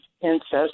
incest